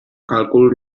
càlcul